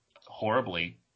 horribly